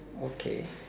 okay